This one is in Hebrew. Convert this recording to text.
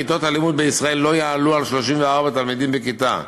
כיתות הלימוד בישראל לא יעלו על 34 תלמידים בכיתה,